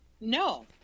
no